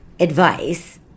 advice